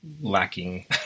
lacking